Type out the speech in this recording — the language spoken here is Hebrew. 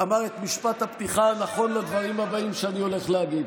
את משפט הפתיחה הנכון לדברים הבאים שאני הולך להגיד.